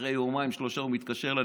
אחרי יומיים-שלושה הוא מתקשר אליי,